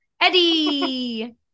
Eddie